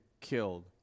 killed